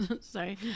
sorry